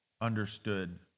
understood